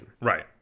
right